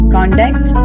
Contact